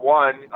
one